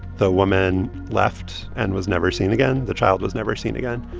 the woman left and was never seen again. the child was never seen again.